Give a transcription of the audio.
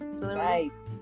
Nice